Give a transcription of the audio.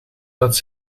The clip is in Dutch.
dat